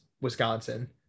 wisconsin